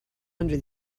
under